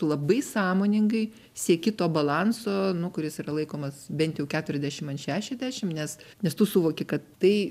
tu labai sąmoningai sieki to balanso nu kuris yra laikomas bent jau keturiasdešimt ant šešiasdešimt nes nes tu suvoki kad tai